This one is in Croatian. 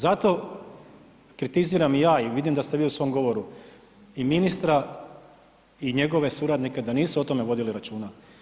Zato kritiziram i ja i vidim da ste i vi u svom govoru i ministra i njegove suradnike da nisu o tome vodili računa.